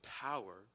power